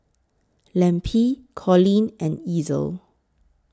Lempi Colleen and Ezell